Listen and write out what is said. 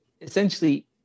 essentially